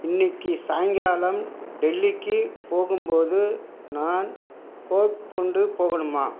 இன்னிக்கு சாய்ங்காலம் டெல்லிக்கு போகும்போது நான் கோட் கொண்டு போகணுமா